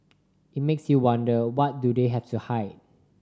it makes you wonder what do they have to hide